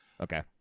Okay